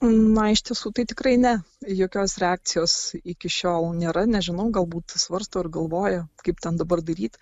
na iš tiesų tai tikrai ne jokios reakcijos iki šiol nėra nežinau galbūt svarsto ir galvoja kaip ten dabar daryti